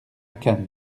cannes